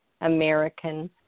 American